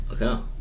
Okay